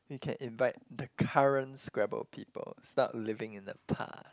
you can invite the current scrabble people stop living in the past